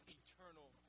eternal